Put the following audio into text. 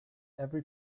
every